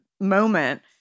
moment